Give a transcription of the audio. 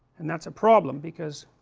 and that is a problem because